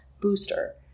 booster